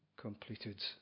completed